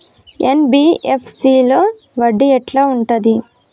NBFC లో వడ్డీ ఎట్లా ఉంటది?